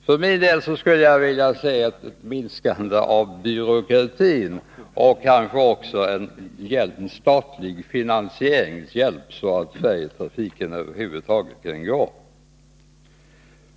För min del skulle jag vilja se ett minskande av byråkratin och kanske också en statlig finansieringshjälp, så att färjetrafiken över huvud taget kan gå.